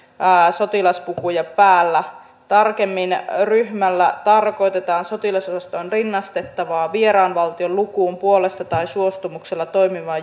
sotilaspukuja päällä tarkemmin ryhmällä tarkoitetaan sotilasosastoon rinnastettavaa vieraan valtion lukuun puolesta tai suostumuksella toimivaa